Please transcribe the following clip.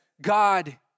God